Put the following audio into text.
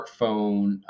smartphone